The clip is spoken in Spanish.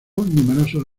numerosos